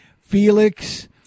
Felix